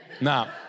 No